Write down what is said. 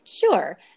Sure